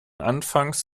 anfangs